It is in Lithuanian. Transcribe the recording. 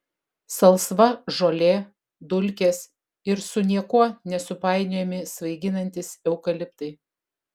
salsva žolė dulkės ir su niekuo nesupainiojami svaiginantys eukaliptai